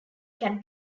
can